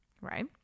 right